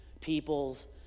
peoples